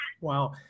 Wow